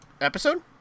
episode